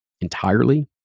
entirely